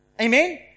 Amen